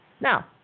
Now